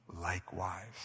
likewise